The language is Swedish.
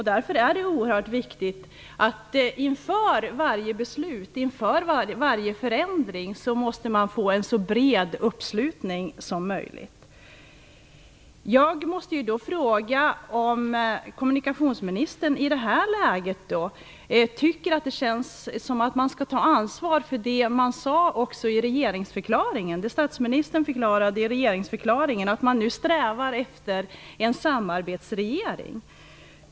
Därför är det mycket viktigt att man inför varje beslut och förändring får en så bred uppslutning som möjligt. Jag måste fråga kommunikationsministern om hon i det här läget tycker att det känns som att man tar ansvar för det som sades i regeringsförklaringen. Statsministern sade i regeringsförklaringen att man nu strävar efter en samarbetsregering.